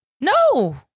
No